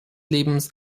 lebens